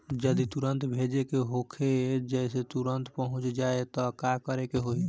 जदि तुरन्त भेजे के होखे जैसे तुरंत पहुँच जाए त का करे के होई?